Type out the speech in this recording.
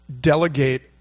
delegate